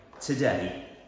today